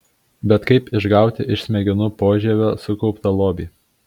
bet kaip išgauti iš smegenų požievio sukauptą lobį